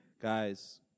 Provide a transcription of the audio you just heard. Guys